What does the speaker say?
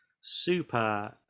super